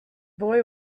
boy